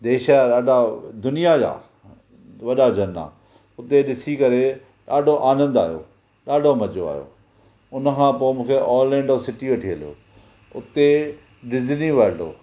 देश जा ॾाढा दुनिया जा वॾा झरना हुते ॾिसी करे ॾाढो आनंद आयो ॾाढो मज़ो आयो हुन खां पोइ मूंखे ऑलैंडो सिटी वठी हलियो उते डिसनी वल्ड हुओ